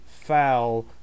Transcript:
foul